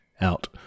out